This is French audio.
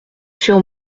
sur